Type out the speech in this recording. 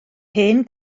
hen